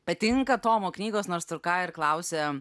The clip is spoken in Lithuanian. patinka tomo knygos nors tu ką ir klausia